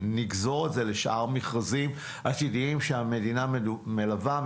נגזור את זה לשאר מכרזים עתידיים שהמדינה מלווה.